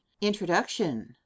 INTRODUCTION